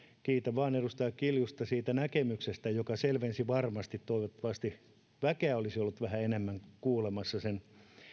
kiitän vain edustaja kiljusta siitä näkemyksestä joka selvensi varmasti olisin toivonut että väkeä olisi ollut vähän enemmän kuulemassa sen